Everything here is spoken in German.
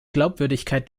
glaubwürdigkeit